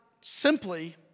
simply